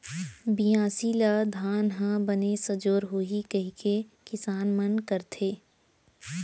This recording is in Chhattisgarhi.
बियासी ल धान ह बने सजोर होही कइके किसान मन करथे